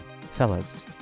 Fellas